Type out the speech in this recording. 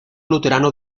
luterano